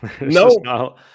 No